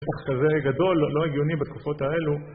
כזה גדול, לא הגיוני בתקופות האלו